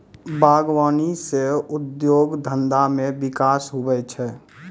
बागवानी से उद्योग धंधा मे बिकास हुवै छै